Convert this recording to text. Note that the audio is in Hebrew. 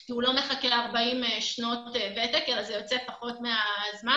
כי הוא לא מחכה ל-40 שנות ותק אלא זה יוצא פחות מהזמן.